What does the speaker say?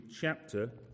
chapter